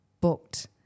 booked